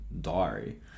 diary